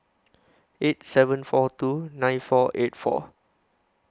eight seven four two nine four eight four